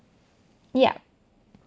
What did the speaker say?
ya